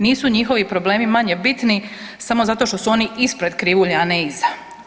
Nisu njihovi problemi manje bitni samo zato što su oni ispred krivulje, a ne iza.